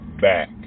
back